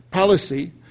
Policy